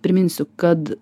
priminsiu kad